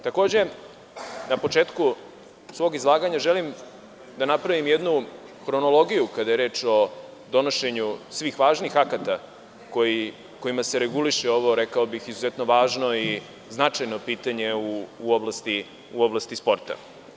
Takođe, na početku svog izlaganja, želim da napravim jednu hronologiju kada je reč o donošenju svih važnih akata kojima se reguliše ovo izuzetno važno i značajno pitanje u oblasti sporta.